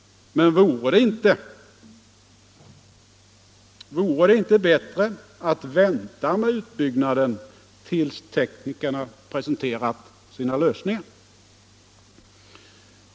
Men vore det inte bättre att vänta med utbyggnaden tills teknikerna har presenterat sina lösningar?